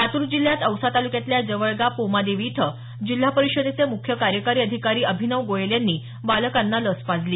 लातूर जिल्ह्यात औसा ताल्क्यातल्या जवळगा पोमादेवी इथं जिल्हा परिषदेचे मुख्य कार्यकारी अधिकारी अभिनव गोयल यांनी बालकांना लस पाजली